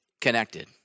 connected